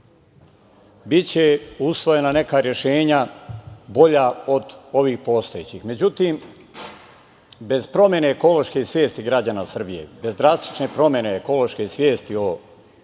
biće usvojena neka rešenja bolja od ovih postojećih. Međutim, bez promene ekološke svesti građana Srbije, bez drastične promene ekološke svesti o